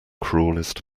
cruellest